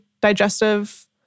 digestive